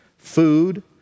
Food